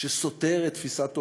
שסותר את תפיסת עולמנו.